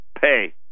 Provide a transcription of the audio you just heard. pay